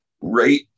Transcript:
right